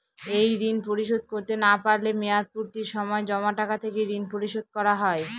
এই ঋণ পরিশোধ করতে না পারলে মেয়াদপূর্তির সময় জমা টাকা থেকে ঋণ পরিশোধ করা হয়?